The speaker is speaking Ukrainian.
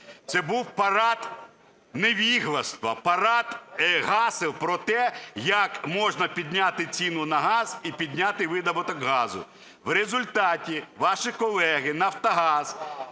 Це був парад невігластва, парад гасел про те, як можна підняти ціну на газ і підняти видобуток газу. В результаті ваші колеги (Нафтогаз,